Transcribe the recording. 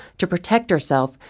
to protect herself,